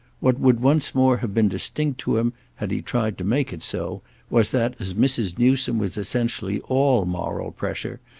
what would once more have been distinct to him had he tried to make it so was that, as mrs. newsome was essentially all moral pressure,